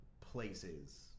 places